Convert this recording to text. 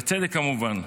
בצדק, כמובן,